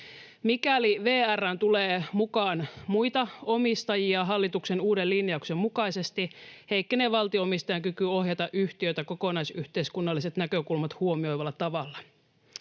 Mikäli VR:ään tulee mukaan muita omistajia hallituksen uuden linjauksen mukaisesti, heikkenee valtio-omistajan kyky ohjata yhtiötä kokonaisyhteiskunnalliset näkökulmat huomioivalla tavalla.